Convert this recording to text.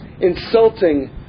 insulting